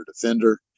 defender